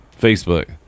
Facebook